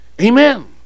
amen